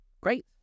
great